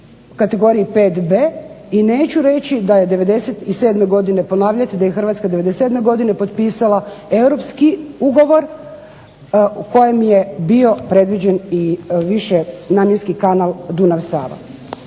kategoriji 5B i neću reći da je Hrvatska 97. godine potpisala europski ugovor u kojem je bio predviđen i višenamjenski kanal Dunav-Sava.